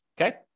Okay